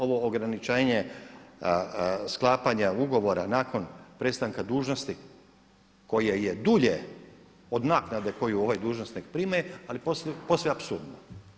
Ovo ograničenje sklapanja ugovora nakon prestanka dužnosti koje je dulje od naknade koju ovaj dužnosnik prima, ali posve apsurdno.